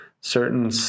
certain